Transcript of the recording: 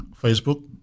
Facebook